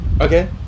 Okay